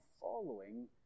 following